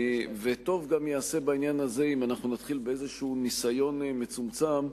וטוב ייעשה בעניין הזה אם אנחנו נתחיל באיזה ניסיון מצומצם.